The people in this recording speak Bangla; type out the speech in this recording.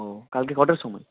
ও কালকে কটার সময়